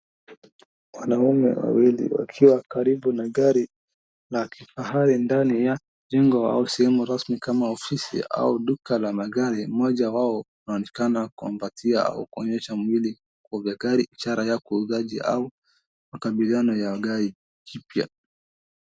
Wanaume wawili wakiwa karibu na gari la kifahari ndani ya jengo au sehemu rasmi kama ofisis au duka la magari, mmoja wao anaonekana kumpatia au kuonyesha mwili kwa gari ishara ya kwa uuzaji au makabiliano ya gari jipya.